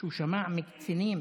שהוא שמע מקצינים